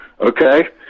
Okay